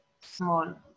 small